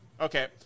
Okay